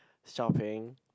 shopping